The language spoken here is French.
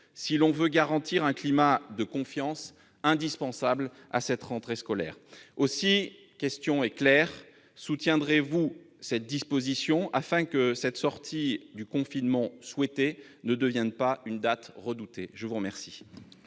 si l'on veut garantir un climat de confiance indispensable à cette rentrée scolaire. Ma question est claire : soutiendrez-vous cette disposition afin que la sortie du confinement souhaitée ne devienne pas une date redoutée ? La parole